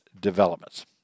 developments